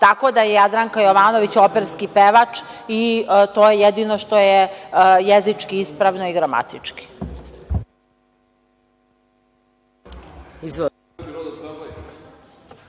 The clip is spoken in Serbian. Tako da je Jadranka Jovanović operski pevač i to je jedino što je jezički ispravno i gramatički.